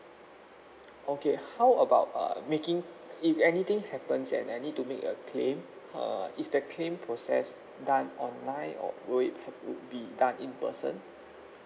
okay how about uh making if anything happens and I need to make a claim uh is the claim process done online or would it have to be done in person